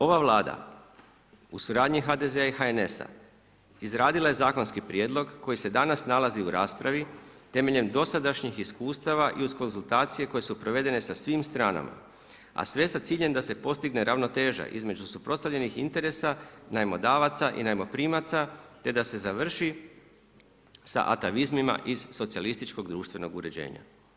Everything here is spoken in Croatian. Ova Vlada u suradnji HDZ-a i HNS-a izradila je zakonski prijedlog koji se danas nalazi u raspravi temeljem dosadašnjih iskustava i uz konzultacije koje su prevedene sa svim stranama, a sve sa ciljem da se postigne ravnoteža između suprotstavljenih interesa najmodavaca i najmoprimaca te da se završi sa atavizmima iz socijalističkog društvenog uređenja.